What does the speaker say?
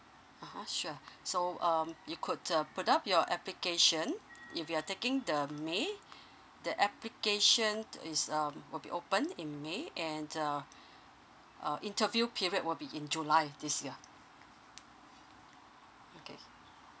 oh sure so um you could uh put up your application if you're taking the may the application is um will be open in may and uh a interview period will be in july this year okay